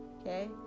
okay